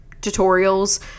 tutorials